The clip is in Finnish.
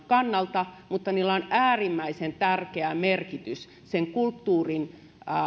kannalta mutta niillä on äärimmäisen tärkeä merkitys sen kulttuurin kannalta